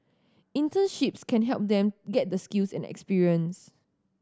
internships can help them get the skills and experience